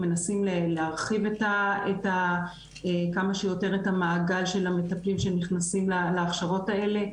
מנסים להרחיב כמה שיותר את המעגל של המטפלים שנכנסים להכשרות האלה.